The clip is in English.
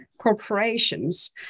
corporations